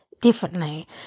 differently